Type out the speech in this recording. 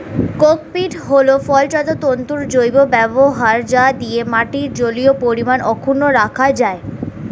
cocopeat হল ফলজাত তন্তুর জৈব ব্যবহার যা দিয়ে মাটির জলীয় পরিমাণ অক্ষুন্ন রাখা যায়